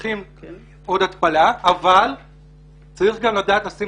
צריך עוד התפלה אבל צריך גם לדעת לשים